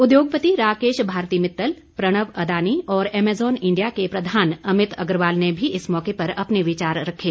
उद्योगपति राकेश भारती मित्तल प्रणव अदानी और Amazon India के प्रधान अमित अग्रवाल ने भी इस मौके पर अपने विचार रखे